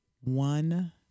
one